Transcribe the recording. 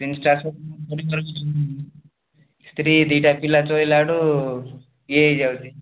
ତିନିଶହ ଚାରିଶହ ସ୍ତ୍ରୀ ଦୁଇଟା ପିଲା ଛୁଆ ଇଏ ହେଇଯାଉଛି